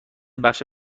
بخش